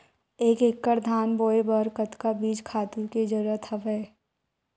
एक एकड़ धान बोय बर कतका बीज खातु के जरूरत हवय?